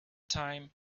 time